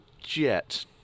Jet